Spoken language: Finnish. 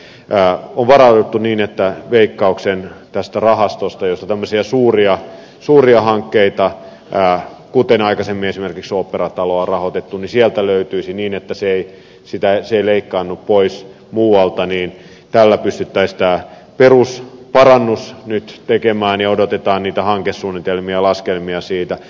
on varauduttu niin että veikkauksen tästä rahastosta josta tämmöisiä suuria hankkeita kuten aikaisemmin esimerkiksi oopperataloa on rahoitettu löytyisi niin että se ei leikkaannu pois muualta ja tällä pystyttäisiin tämä perusparannus nyt tekemään ja odotetaan niitä hankesuunnitelmia ja laskelmia siitä